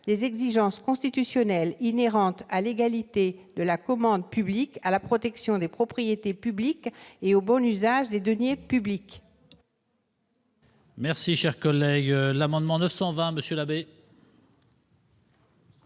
les exigences constitutionnelles inhérentes à l'égalité devant la commande publique, à la protection des propriétés publiques et au bon usage des deniers publics